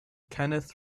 kenneth